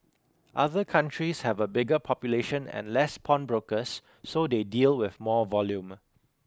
other countries have a bigger population and less pawnbrokers so they deal with more volume